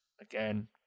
Again